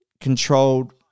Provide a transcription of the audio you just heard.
controlled